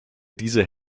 diese